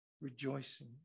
Rejoicing